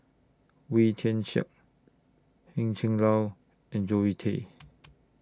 Wee Tian Siak Heng Chee and Zoe Tay